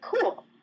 cool